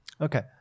okay